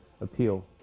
appeal